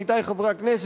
עמיתי חברי הכנסת,